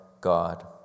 God